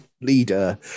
leader